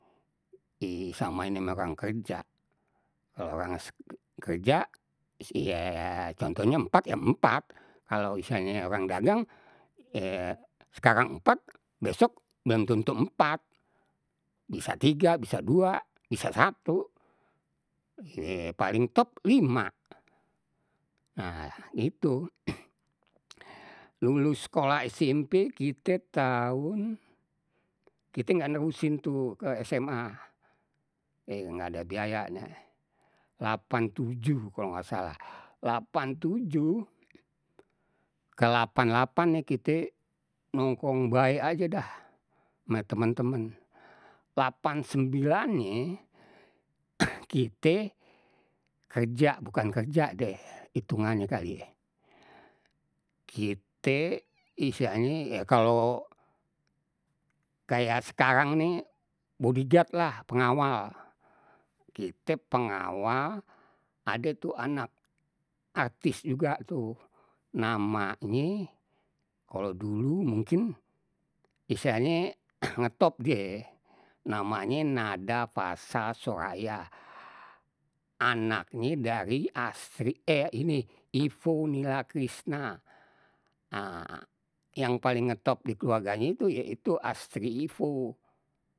Di samain sama rang kerja, kalau orang kerja contohya empat ya empat kalau istilahnye orang dagang sekarang empat besok belum tentu empat, bisa tiga, bisa dua, bisa satu, ye paling top lima. Nah itu lulus sekolah SMP kite tahun kie nggak nerusin tu ke sma, e nggak ada biayanye lapan tujuh kalau nggak salah, lapan tujuh ke lapan lapan nih kite nongkrong bae aja dah ma temen-temen, lapan sembilannye kite kerja bukan kerja deh itungannye kali ye, kite istilahnye ya kalau kayak sekarang nih body guardlah, pengawal, kite pengawal ade tuh anak artis juga tuh, namanye kalau dulu mungkin istilahnye ngetop die, namanye nada faza soraya anaknye dari asri eh ini ivo nila krisna nah, yang paling ngetop di keluarganye itu ya itu astri ivo.